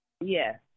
Yes